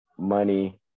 money